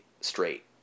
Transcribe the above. straight